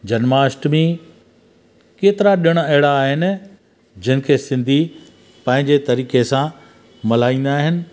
जनमाष्टमी केतिरा ॾिण अहिड़ा आहिनि जिनिखे सिंधी पंहिंजे तरीके सां मल्हाईंदा आहिनि